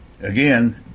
again